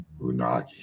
Unagi